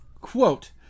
Quote